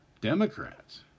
Democrats